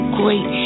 great